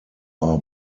are